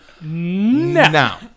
now